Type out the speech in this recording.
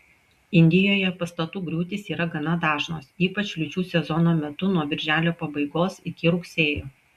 indijoje pastatų griūtys yra gana dažnos ypač liūčių sezono metu nuo birželio pabaigos iki rugsėjo